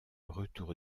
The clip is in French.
retour